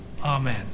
Amen